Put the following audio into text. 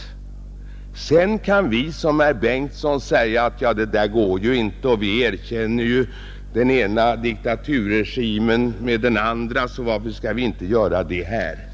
Sedan kan man som herr Bengtson säga att vi erkänner den ena diktaturregimen efter den andra och undra varför vi inte skall göra det också i det här fallet.